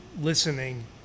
listening